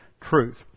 truth